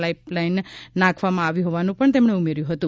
pipe line નાંખવામાં આવી હોવાનું પણ તેમણે ઉમેર્યું હતું